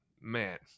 man